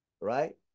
right